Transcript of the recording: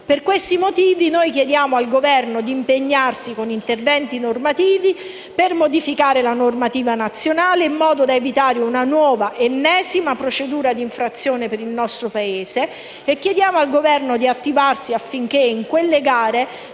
Per questi motivi chiediamo al Governo di impegnarsi, con interventi normativi, al fine di modificare la normativa nazionale in modo da evitare una nuova, ennesima, procedura di infrazione per il nostro Paese, e di attivarsi affinché nelle